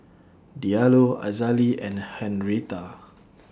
Diallo Azalee and Henretta